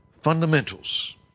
fundamentals